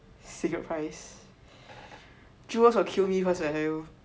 cigarette price jewel will kill me first man I tell you